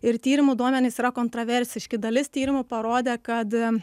ir tyrimų duomenys yra kontraversiški dalis tyrimų parodė kad